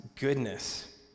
goodness